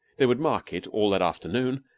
they would market all that afternoon,